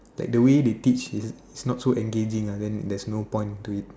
like the way they teach is is not so engaging then theres no point to it